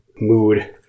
mood